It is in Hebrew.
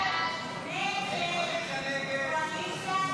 הסתייגות 23 לא נתקבלה.